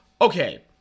Okay